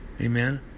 Amen